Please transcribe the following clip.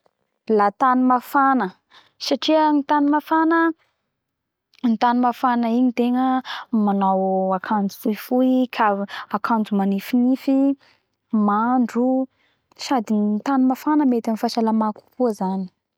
La tany mafana satria amy tany mafana satria amy tany mafana igny tegna manao akanjo foifoy akanjo manifinify mandro sady ny tany mafana mety amy fahasalamako kokoa zany